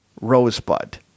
rosebud